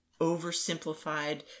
oversimplified